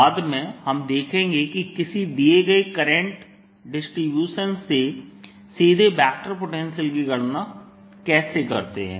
बाद में हम देखेंगे कि किसी दिए गए करंट डिस्ट्रीब्यूशन से सीधे वेक्टर पोटेंशियल की गणना कैसे करते हैं